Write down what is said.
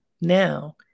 now